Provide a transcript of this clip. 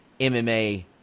MMA